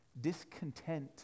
discontent